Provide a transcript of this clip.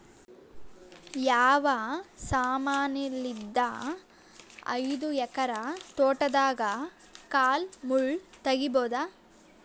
ಯಾವ ಸಮಾನಲಿದ್ದ ಐದು ಎಕರ ತೋಟದಾಗ ಕಲ್ ಮುಳ್ ತಗಿಬೊದ?